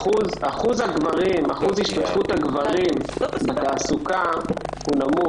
אחוז השתתפות הגברים החרדים בתעסוקה נמוך